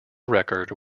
record